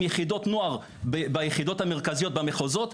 יחידות נוער ביחידות המרכזיות במחוזות,